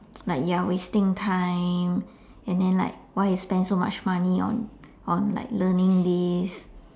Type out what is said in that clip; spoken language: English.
like you're wasting time and then like why you spend so much money on on like learning this